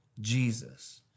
Jesus